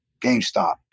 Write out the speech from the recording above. GameStop